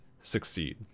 succeed